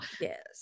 yes